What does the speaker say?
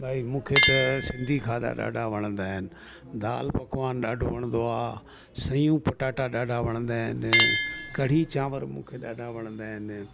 भई मूंखे त सिंधी खाधा ॾाढा वणंदा आहिनि दालि पकवान ॾाढो वणंदो आहे सयूं पटाटा ॾाढा वणंदा आहिनि कड़ी चांवर मूंखे ॾाढा वणंदा आहिनि